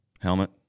Helmet